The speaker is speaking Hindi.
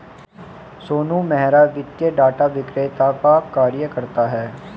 सोनू मेहरा वित्तीय डाटा विक्रेता का कार्य करता है